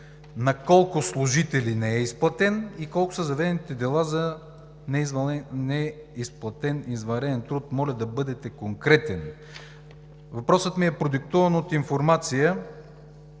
На колко служители не е изплатен и колко са заведените дела за неизплатен извънреден труд? Моля да бъдете конкретен. Въпросът ми е продиктуван от информация